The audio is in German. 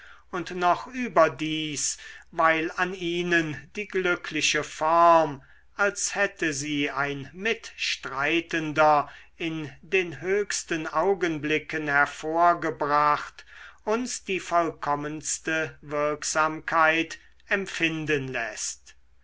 und noch überdies weil an ihnen die glückliche form als hätte sie ein mitstreitender in den höchsten augenblicken hervorgebracht uns die vollkommenste wirksamkeit empfinden läßt